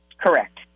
Correct